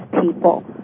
people